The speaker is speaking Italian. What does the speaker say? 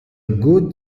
good